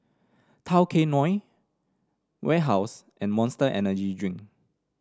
Tao Kae Noi Warehouse and Monster Energy Drink